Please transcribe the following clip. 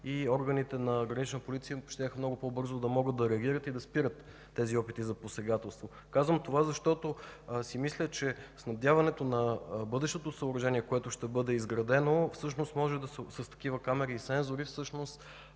и органите на Гранична полиция щяха много по-бързо да могат реагират и да спират тези опити за посегателство. Казвам това, защото си мисля, че снабдяването на бъдещото съоръжение, което ще бъде изградено всъщност, може да е с такива камери и сензори и всъщност